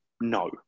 No